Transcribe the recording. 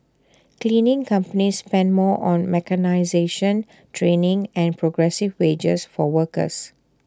cleaning companies spend more on mechanisation training and progressive wages for workers